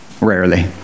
rarely